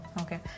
okay